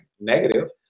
negative